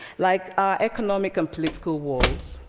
like our economic and political worlds,